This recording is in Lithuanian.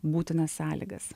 būtinas sąlygas